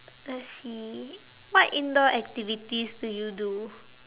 let's see what indoor activities do you do